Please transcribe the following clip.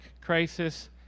crisis